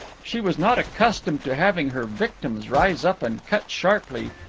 she was not accustomed to having her victims rise up and cut sharply,